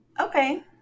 Okay